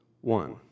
one